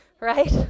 right